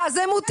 אה, זה מותר.